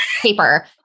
paper